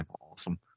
Awesome